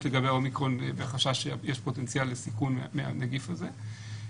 לגבי האומיקרון וחשש שיש פוטנציאל לסיכון מהזן הזה.